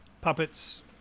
puppets